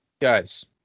guys